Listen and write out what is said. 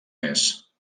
més